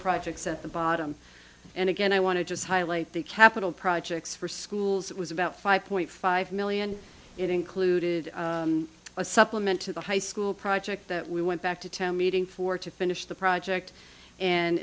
projects at the bottom and again i want to just highlight the capital projects for schools it was about five point five million it included a supplement to the high school project that we went back to town meeting for to finish the project and